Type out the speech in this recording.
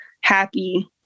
happy